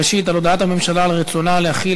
ראשית על הודעת הממשלה על רצונה להחיל